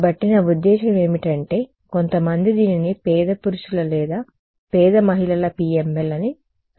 కాబట్టి నా ఉద్దేశ్యం ఏమిటంటే కొంతమంది దీనిని పేద పురుషుల లేదా పేద మహిళల PML అని పిలుస్తారు